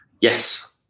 Yes